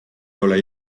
ole